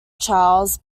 charles